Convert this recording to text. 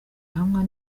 hamwe